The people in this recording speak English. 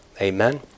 Amen